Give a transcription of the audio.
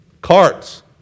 carts